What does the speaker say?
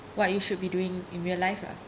what you should be doing in real life lah